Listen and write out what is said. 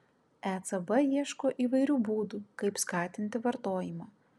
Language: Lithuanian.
ecb ieško įvairių būdų kaip skatinti vartojimą